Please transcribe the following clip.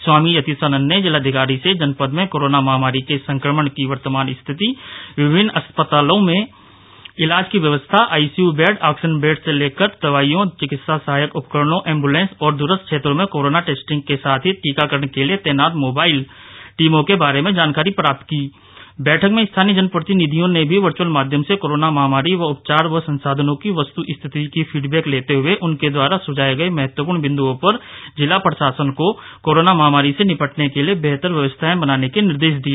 स्वामी यतीश्वरानन्द ने जिलाधिकारी से जनपद में कोरोना महामारी के संक्रमण की वर्तमान स्थिति विभिन्न अस्पतालों में इलाज की व्यवस्था आईसीयू बैड आक्सीजन बैड से लेकर दवाईयों चिकित्सा सहायक उपकरणों एम्बुलेन्स और द्रस्थ क्षेत्रों में कोरोना टेस्टिंग के साथ ही टीकाकरण के लिए तैनात मोबाईल टीमों के बारे में जानकारी प्राप्त की बैठक में स्थानीय जन प्रतिनिधियों से भी वर्चवल माध्यम से कोरोना महामारी के उपचार व संसाधनों की वस्तस्थिति की फिडबैक लेते हुए उनके द्वारा सुझाये गये महत्वपूर्ण बिन्दुओं पर जिला प्रशासन को कोरोना महामारी से निपटने के लिए बेहतर व्यवस्थाएं बनाने के निर्देश दिए